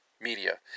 media